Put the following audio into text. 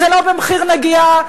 זה לא במחיר נגיעה,